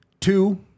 Two